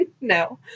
No